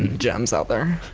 gems out there.